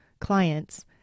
clients